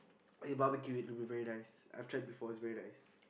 and you Barbecue it it'll be very nice I've tried before it's very nice